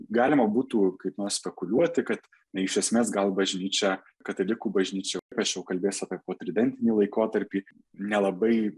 galima būtų kaip nors spekuliuoti kad na iš esmės gal bažnyčia katalikų bažnyčia aš jau kalbėsiu apie po tridentinį laikotarpį nelabai